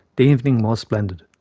the evening was splendid.